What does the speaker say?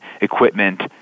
equipment